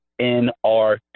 NRT